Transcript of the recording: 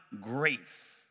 grace